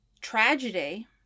tragedy